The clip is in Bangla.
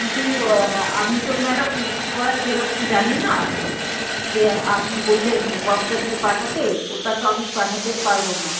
কিন্তু আমি তো ম্যাডাম লেখাপড়া সেরকম জানি না যে আপনি বললেন হোয়াটসঅ্যাপে পাঠাতে ওটাতো আমি পাঠাতে পারবো না